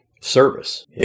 Service